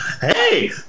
Hey